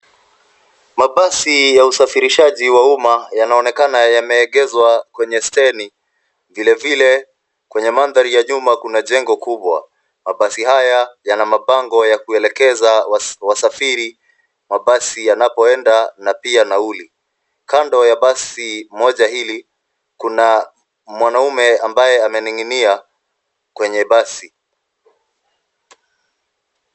Mabasi ya usafirishaji wa umma yanaonekana yameegeshwa kwenye stendi. Vile vile, kwenye mandhari ya nyuma kuna jengo kubwa. Mabasi haya yana mabango ya kuelekeza wasafiri, mabasi yanapoenda na pia nauli. Kando ya basi moja hili kuna mwanaume ambaye amening'inia kwenye basi.